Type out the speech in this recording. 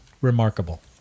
remarkable